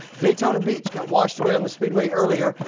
daytona beach got washed away on the speedway earlier.